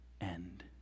end